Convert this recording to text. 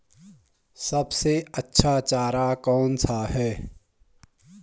सबसे अच्छा चारा कौन सा है?